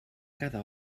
cada